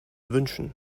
wünschen